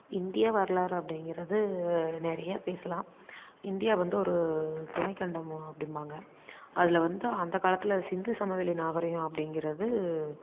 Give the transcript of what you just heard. இந்திய வரலாறு அப்படிங்கிறது நிறைய பேசலாம் இந்தியா வந்து ஒரு துணைக்கண்டம் அப்படிம்பாங்க அதில் வந்து அந்த காலத்தில் சிந்து சமவெளி நாகரிகம் அப்படிங்கிறது